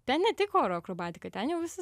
ten ne tik oro akrobatika ten jau visas